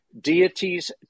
Deities